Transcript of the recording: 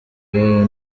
yayo